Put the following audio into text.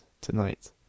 tonight